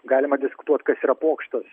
galima diskutuoti kas yra pokštas